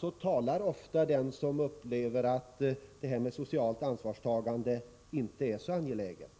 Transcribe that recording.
Så talar ofta den som upplever att socialt ansvarstagande inte är så angeläget.